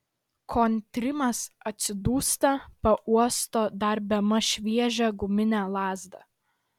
kontrimas atsidūsta pauosto dar bemaž šviežią guminę lazdą